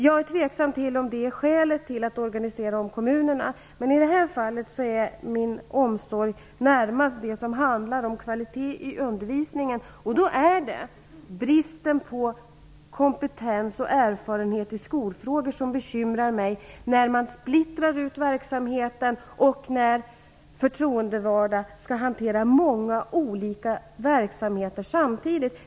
Jag är tveksam till om detta skall vara skälet till att organisera om kommunerna. I det här fallet gäller min omsorg närmast det som handlar om kvalitet i undervisningen. Bristen på kompetens och erfarenhet i skolfrågor bekymrar mig. Man splittrar verksamheten när förtroendevalda skall hantera många olika verksamheter samtidigt.